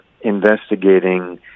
investigating